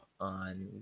on